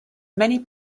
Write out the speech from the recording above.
many